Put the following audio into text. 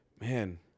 Man